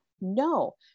No